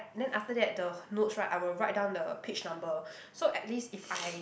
then after that the h~ notes right I will write down the page number so at least if I